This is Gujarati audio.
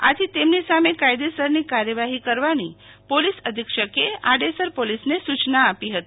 આથી સામે કાયદેસરની કાર્યવાહી કરવાની પોલીસ અધિક્ષકે આડેસર પોલીસને સુ યના તેમની આપી હતી